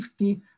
50